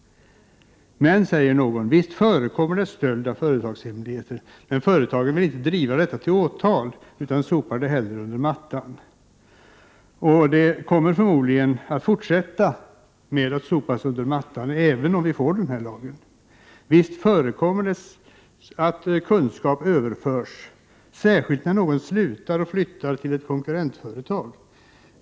Men, säger någon, visst förekommer det stöld av företagshemligheter. Företagen vill bara inte driva detta till åtal utan sopar det hellre under mattan. Det kommer de förmodligen att fortsätta med, även om vi får den här lagen. Visst förekommer det att kunskap överförs, särskilt när någon slutar och flyttar till ett konkurrentföretag.